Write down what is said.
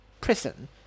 prison